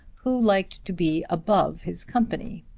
who liked to be above his company,